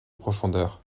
profondeur